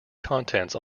contents